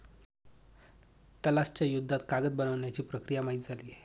तलाश च्या युद्धात कागद बनवण्याची प्रक्रिया माहित झाली